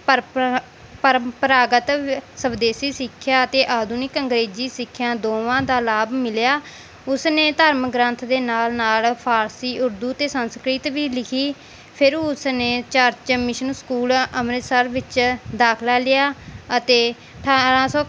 ਪਰ ਪਰ ਪਰੰਪਰਾਗਤ ਵ ਸਵਦੇਸੀ ਸਿੱਖਿਆ ਅਤੇ ਆਧੁਨਿਕ ਅੰਗਰੇਜ਼ੀ ਸਿੱਖਿਆ ਦੋਵਾਂ ਦਾ ਲਾਭ ਮਿਲਿਆ ਉਸ ਨੇ ਧਰਮ ਗ੍ਰੰਥ ਦੇ ਨਾਲ ਨਾਲ ਫਾਰਸੀ ਉਰਦੂ ਅਤੇ ਸੰਸਕ੍ਰਿਤ ਵੀ ਲਿਖੀ ਫਿਰ ਉਸ ਨੇ ਚਰਚ ਮਿਸ਼ਨ ਸਕੂਲ ਅੰਮ੍ਰਿਤਸਰ ਵਿੱਚ ਦਾਖਲਾ ਲਿਆ ਅਤੇ ਅਠਾਰ੍ਹਾਂ ਸੌ